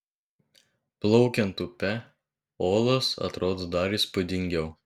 plaukiant upe olos atrodo dar įspūdingiau